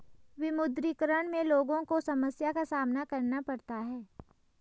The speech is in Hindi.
विमुद्रीकरण में लोगो को समस्या का सामना करना पड़ता है